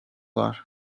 var